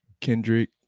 Kendrick